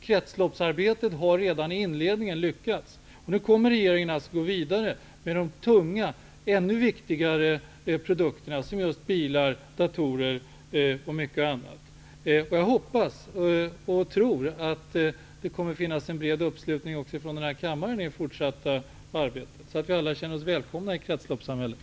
Kretsloppsarbetet har redan i inledningen lyckats. Regeringen kommer nu att gå vidare med de tunga och ännu viktigare produkterna såsom bilar, datorer och annat. Jag hoppas och tror att det kommer att finnas en bred uppslutning också i denna kammare i det fortsatta arbetet. Alla skall känna sig välkomna i kretsloppssamhället.